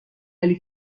ولی